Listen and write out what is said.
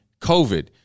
COVID